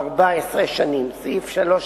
14 שנים, סעיף